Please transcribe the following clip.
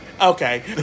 Okay